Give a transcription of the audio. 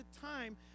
time